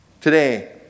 Today